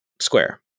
Square